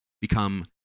become